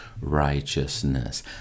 righteousness